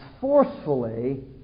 forcefully